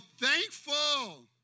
thankful